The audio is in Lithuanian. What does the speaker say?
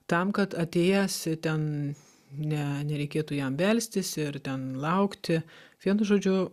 tam kad atėjęs ten ne nereikėtų jam belstis ir ten laukti vienu žodžiu